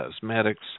cosmetics